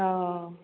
औ